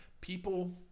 People